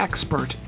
expert